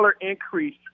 increase